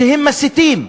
שהם מסיתים.